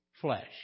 flesh